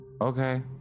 Okay